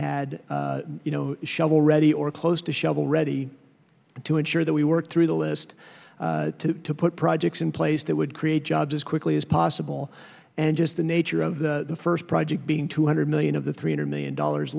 had you know shovel ready or close to shovel ready to ensure that we worked through the list to put projects in place that would create jobs as quickly as possible and just the nature of the first project being two hundred million of the three hundred million dollars